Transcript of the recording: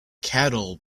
cattle